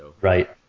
Right